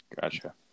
Gotcha